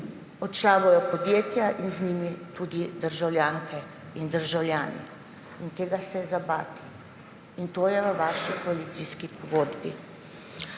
Odšla bodo podjetja in z njimi tudi državljanke in državljani. Tega se je bati in to je v vaši koalicijski pogodbi.